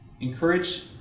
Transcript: Encourage